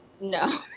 No